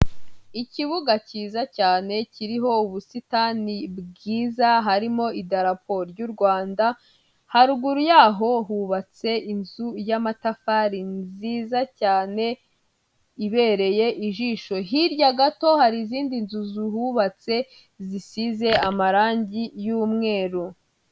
Ikibuga cyiza cyane, kiriho ubusitani bwiza, harimo idarapo ry'u Rwanda, haruguru yaho hubatse inzu y'amatafari nziza cyane ibereye ijisho, hirya gato hari izindi nzu zihubatse zisize amarangi y'umweru.